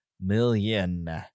million